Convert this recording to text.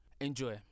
Enjoy